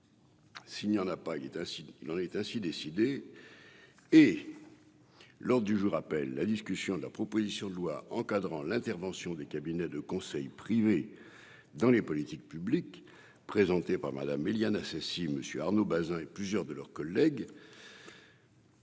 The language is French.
il est ainsi, il en est ainsi décidé et lors du jour appelle la discussion de la proposition de loi encadrant l'intervention des cabinets de conseil privés dans les politiques publiques présentée par Madame Éliane Assassi monsieur Arnaud Bazin et plusieurs de leurs collègues.